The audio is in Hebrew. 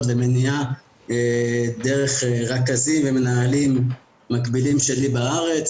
ומניעה דרך רכזים ומנהלים מקבילים שלי בארץ,